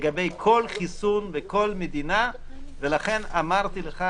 לגבי כל חיסון וכל מדינה ולכן אמרתי לך,